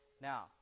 Now